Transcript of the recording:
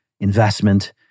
investment